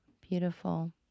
Beautiful